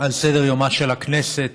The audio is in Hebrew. על סדר-יומה של הכנסת